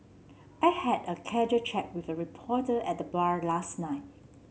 I had a casual chat with a reporter at the bar last night